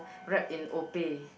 wrapped in Opeh